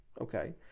Okay